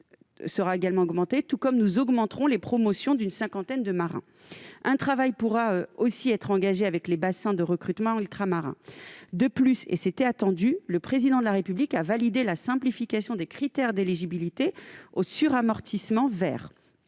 maritime (ENSM) et nous augmenterons les promotions d'une cinquantaine de marins. Un travail pourra aussi être engagé avec les bassins de recrutement ultramarins. De plus, et c'était attendu, le Président de la République a validé la simplification des critères d'éligibilité au suramortissement vert.